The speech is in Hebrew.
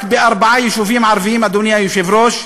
רק בארבעה יישובים ערביים, אדוני היושב-ראש,